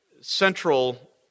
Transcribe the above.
central